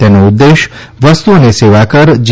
તેનો ઉદ્દેશ્ય વસ્તુ અને સેવા કર જી